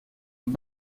het